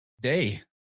day